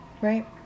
right